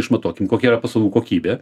išmatuokim kokia yra paslaugų kokybė